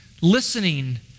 listening